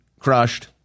crushed